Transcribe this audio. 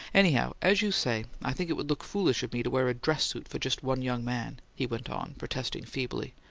anyhow, as you say, i think it would look foolish of me to wear a dress suit for just one young man, he went on protesting, feebly.